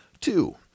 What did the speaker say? Two